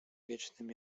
wiecznym